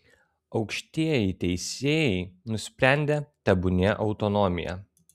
aukštieji teisėjai nusprendė tebūnie autonomija